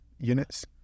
Units